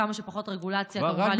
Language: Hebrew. כמה שפחות רגולציה כמובן יותר טוב,